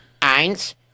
Eins